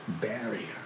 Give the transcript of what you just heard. barrier